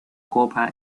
copa